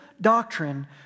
doctrine